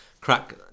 crack